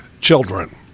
children